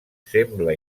sembla